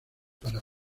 para